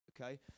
Okay